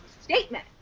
statement